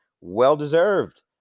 Well-deserved